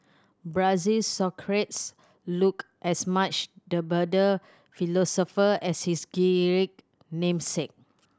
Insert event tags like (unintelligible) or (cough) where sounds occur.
Brazil Socrates looked as much the bearded philosopher as his (unintelligible) namesake